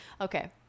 okay